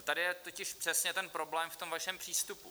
Tady je totiž přesně ten problém v tom vašem přístupu.